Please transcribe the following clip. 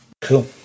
Cool